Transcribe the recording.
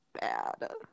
bad